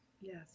Yes